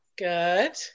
Good